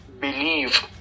believe